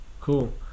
Cool